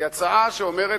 היא הצעה שאומרת,